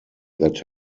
that